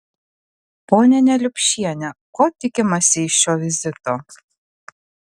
ponia neliupšiene ko tikimasi iš šio vizito